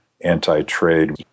anti-trade